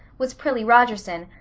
was prillie rogerson,